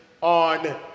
on